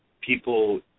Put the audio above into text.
people